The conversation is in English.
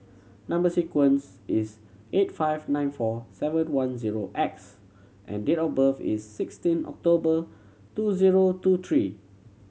number sequence is eight five nine four seven one zero X and date of birth is sixteen October two zero two three